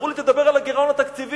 אמרו לי, תדבר על הגירעון התקציבי,